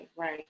right